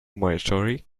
marjorie